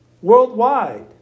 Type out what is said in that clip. Worldwide